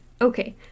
Okay